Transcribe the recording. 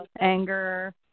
anger